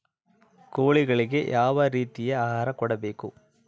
ಕೋಳಿಗಳಿಗೆ ಯಾವ ರೇತಿಯ ಆಹಾರ ಕೊಡಬೇಕು?